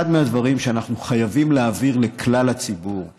אחד הדברים שאנחנו חייבים להעביר לכלל הציבור הוא